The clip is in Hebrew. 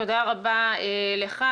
תודה רבה לך.